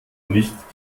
nicht